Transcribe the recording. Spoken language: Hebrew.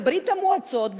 בברית-המועצות,